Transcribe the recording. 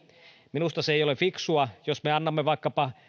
minusta se ei ole fiksua jos me annamme vaikkapa